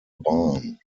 barn